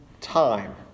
time